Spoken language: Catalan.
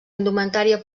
indumentària